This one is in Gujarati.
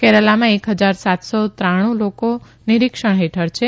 કેરાલામાં એક હજાર સાતસો ત્રાણુ લોકો નિરીક્ષણ હેઠળ છે